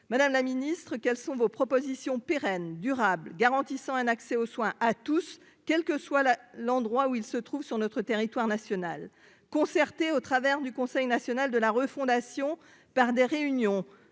Madame la Ministre, quelles sont vos propositions pérenne, durable, garantissant un accès aux soins à tous, quelle que soit la l'endroit où ils se trouvent, sur notre territoire national concertée au travers du Conseil national de la refondation par des réunions